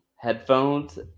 headphones